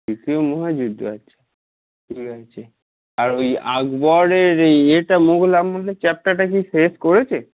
তৃতীয় মহাযুদ্ধ আচ্ছা ঠিক আছে আর ওই আকবরের ইয়েটা মুঘল আমলের চ্যাপ্টারটা কি শেষ করেছে